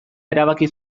erabaki